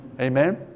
Amen